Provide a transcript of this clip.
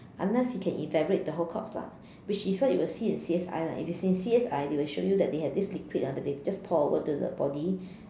unless he can evaporate the whole corpse lah which is what you will see in C_S_I lah if it's in C_S_I they will show you that they have this liquid ah that they just pour over to the body